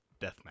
deathmatch